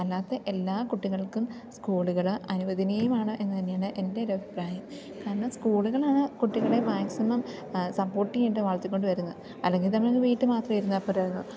അല്ലാത്ത എല്ലാ കുട്ടികൾക്കും സ്കൂളുകൾ അനുവദനീയമാണ് എന്നു തന്നെയാണ് എൻറ്റൊരഭിപ്രായം കാരണം സ്കൂളുകളാണ് കുട്ടികളെ മാക്സിമം സപ്പോട്ട് ചെയ്യേണ്ടത് വളർത്തി കൊണ്ടു വരുന്നത് അല്ലെങ്കിൽ നമുക്ക് വീട്ടിൽ മാത്രം ഇരുന്നാൽ പോരായിരുന്നൊ